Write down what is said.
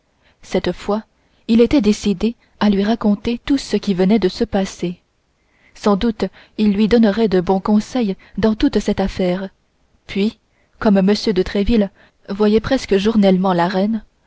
cette fois il était décidé à lui raconter tout ce qui venait de se passer sans doute il lui donnerait de bons conseils dans toute cette affaire puis comme m de tréville voyait presque journellement la reine